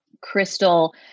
Crystal